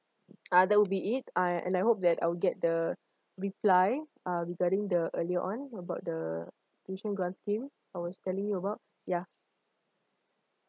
uh that would be it uh and I hope that I'll get the reply uh regarding the earlier on about the tuition grant scheme I was telling you about ya